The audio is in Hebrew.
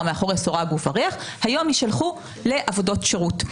מאחורי סורג ובריח והיום יישלחו לעבודות שירות.